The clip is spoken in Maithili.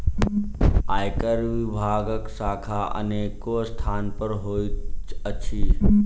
आयकर विभागक शाखा अनेको स्थान पर होइत अछि